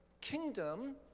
kingdom